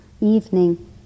evening